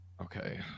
Okay